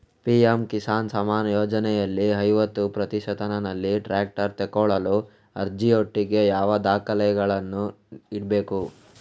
PM Kisan Samman ಯೋಜನೆಯಲ್ಲಿ ಐವತ್ತು ಪ್ರತಿಶತನಲ್ಲಿ ಟ್ರ್ಯಾಕ್ಟರ್ ತೆಕೊಳ್ಳಲು ಅರ್ಜಿಯೊಟ್ಟಿಗೆ ಯಾವ ದಾಖಲೆಗಳನ್ನು ಇಡ್ಬೇಕು?